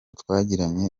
twagiranye